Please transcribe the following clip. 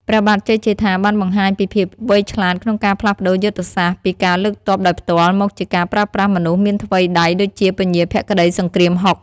ព្រះបាទជ័យជេដ្ឋា បានបង្ហាញពីភាពវៃឆ្លាតក្នុងការផ្លាស់ប្តូរយុទ្ធសាស្ត្រពីការលើកទ័ពដោយផ្ទាល់ មកជាការប្រើប្រាស់មនុស្សមានថ្វីដៃដូចជាពញាភក្តីសង្គ្រាមហុក ។